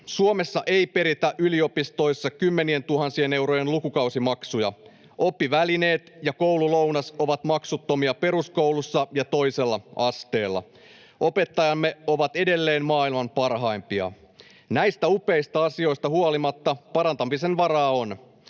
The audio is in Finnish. Suomessa ei peritä yliopistoissa kymmenientuhansien eurojen lukukausimaksuja, oppivälineet ja koululounas ovat maksuttomia peruskoulussa ja toisella asteella, ja opettajamme ovat edelleen maailman parhaimpia. Näistä upeista asioista huolimatta parantamisen varaa on: